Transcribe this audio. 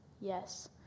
Yes